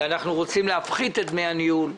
אנחנו רוצים להפחית את דמי הניהול.